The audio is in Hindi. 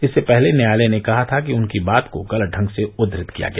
इससे पहले न्यायालय ने कहा था कि उसकी बात को गलत ढंग से उद्वत किया गया